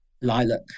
lilac